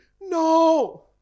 No